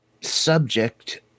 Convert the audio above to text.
subject